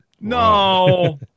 No